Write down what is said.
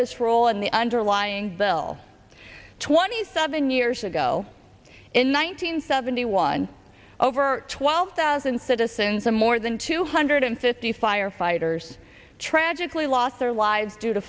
this role in the underlying bill twenty seven years ago in one thousand seventy one over twelve thousand citizens and more than two hundred fifty firefighters tragically lost their lives due to